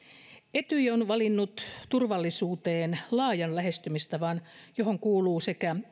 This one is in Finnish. etyj on valinnut turvallisuuteen laajan lähestymistavan johon kuuluu sekä